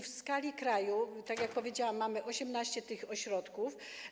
W skali kraju, tak jak powiedziałam, mamy 18 tych ośrodków.